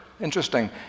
Interesting